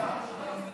להודיעכם,